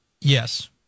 Yes